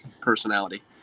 personality